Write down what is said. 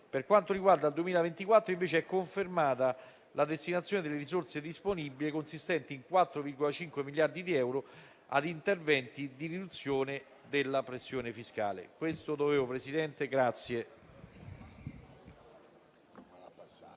Per quanto riguarda il 2024, è invece confermata la destinazione delle risorse disponibili, consistenti in 4,5 miliardi di euro, a interventi di riduzione della pressione fiscale.